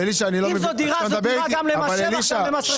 אם זו דירה זו דירה גם למס שבח וגם למס רכישה.